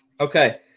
Okay